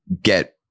get